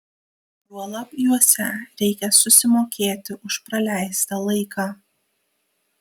juolab juose reikia susimokėti už praleistą laiką